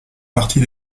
partie